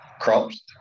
crops